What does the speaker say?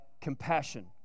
compassion